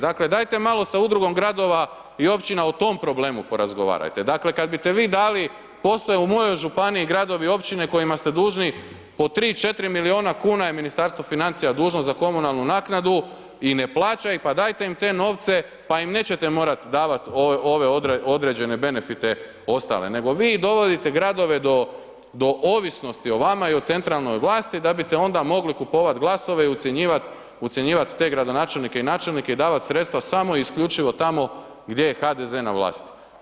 Dakle, dajte malo sa Udrugom Gradova i Općina o tom problemu porazgovarajte, dakle kad biste vi dali, postoje u mojoj Županiji Gradovi i Općine kojima ste dužni po tri, četiri milijuna kuna je Ministarstvo financija dužno za komunalnu naknadu i ne plaća ih, pa dajte im te novce pa im nećete morati davati ove određene benefite ostale, nego vi dovodite Gradove do ovisnosti o vama i o centralnoj vlasti da biste onda mogli kupovati glasove i ucjenjivat te gradonačelnike i načelnike, i davat sredstva samo isključivo tamo gdje je HDZ na vlasti.